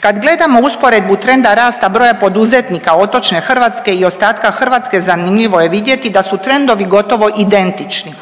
Kad gledamo usporedbu trenda rasta broja poduzetnika otočne Hrvatske i ostatka Hrvatske zanimljivo je vidjeti da su trendovi gotovo identični.